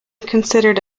considered